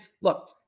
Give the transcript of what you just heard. look